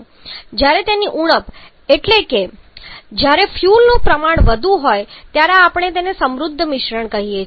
જ્યારે તેની ઉણપ હોય છે એટલે કે જ્યારે ફ્યુઅલનું પ્રમાણ વધુ હોય છે ત્યારે આપણે તેને સમૃદ્ધ મિશ્રણ કહીએ છીએ